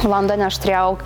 londone aš turėjau